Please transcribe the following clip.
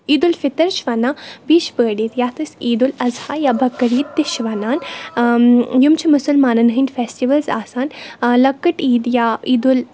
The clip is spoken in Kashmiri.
عیدالفطر چھِ وَنان بیٚیہِ چھِ بٔڈ عیٖد یَتھ أسۍ عیٖدالاضحیٰ یا بکر عیٖد تہِ چھِ وَنان یِم چھِ مُسلمانَن ہٕنٛدۍ فیسٹِوَلٕز آسان لۅکٕٹۍ عیٖد یا عیدُل